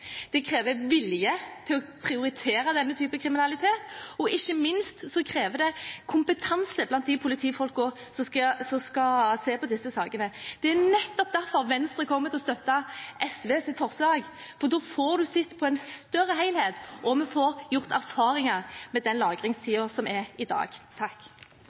kriminalitet krever politifolk, det krever vilje til å prioritere denne typen kriminalitet, og ikke minst krever det kompetanse blant de politifolkene som skal se på disse sakene. Det er nettopp derfor Venstre kommer til å støtte SVs forslag, for da får man sett på en større helhet, og vi får gjort erfaringer med den lagringstiden som er i dag.